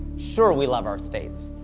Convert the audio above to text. sure, we love our states,